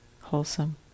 wholesome